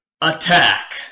Attack